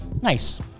Nice